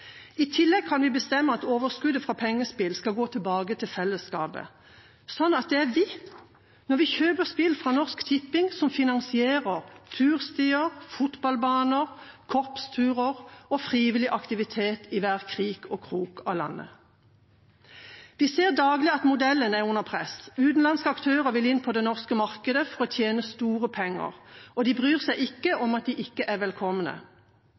I tillegg kan vi bestemme at overskuddet fra pengespill skal gå tilbake til fellesskapet, slik at det er vi – når vi kjøper spill fra Norsk Tipping – som finansierer turstier, fotballbaner, korpsturer og frivillig aktivitet i hver krik og krok av landet. Vi ser daglig at modellen er under press. Utenlandske aktører vil inn på det norske markedet for å tjene store penger, og de bryr seg ikke om at de ikke er